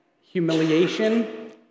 humiliation